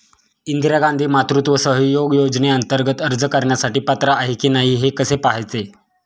इंदिरा गांधी मातृत्व सहयोग योजनेअंतर्गत अर्ज करण्यासाठी पात्र आहे की नाही हे कसे पाहायचे?